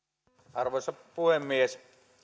arvoisa puhemies